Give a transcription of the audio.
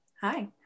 Hi